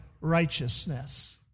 righteousness